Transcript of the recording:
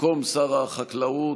במקום שר החקלאות